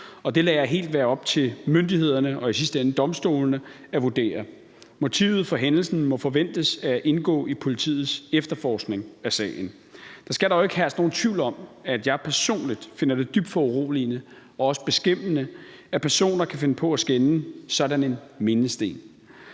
og det lader jeg helt være op til myndighederne og i sidste ende domstolene at vurdere. Motivet for hændelsen må forventes at indgå i politiets efterforskning af sagen. Der skal dog ikke herske nogen tvivl om, at jeg personligt finder det dybt foruroligende og også beskæmmende, at personer kan finde på at skænde sådan en mindesten.